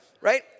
right